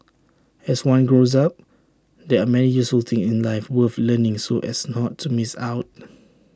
as one grows up there are many useful things in life worth learning so as not to miss out